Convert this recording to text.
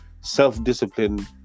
Self-discipline